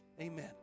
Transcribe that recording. Amen